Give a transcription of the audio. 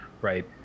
right